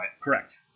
Correct